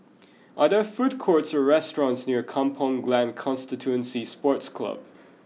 are there food courts or restaurants near Kampong Glam Constituency Sports Club